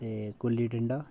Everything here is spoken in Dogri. ते गुल्ली डंडा